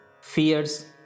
Fears